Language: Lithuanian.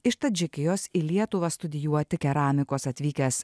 iš tadžikijos į lietuvą studijuoti keramikos atvykęs